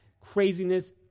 Craziness